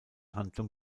handlung